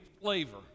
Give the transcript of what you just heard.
flavor